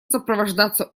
сопровождаться